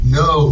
no